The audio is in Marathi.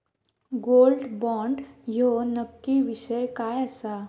गोल्ड बॉण्ड ह्यो नक्की विषय काय आसा?